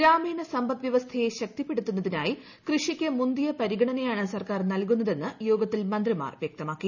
ഗ്രാമീണ സമ്പദ് വ്യവസ്ഥയെ ശക്തിപ്പെടുത്തുന്നതിനായി കൃഷിക്ക് മുന്തിയ പരിഗണനയാണ് സർക്കാർ നൽകുന്നതെന്ന് യോഗത്തിൽ മന്ത്രിമാർ വ്യക്തമാക്കി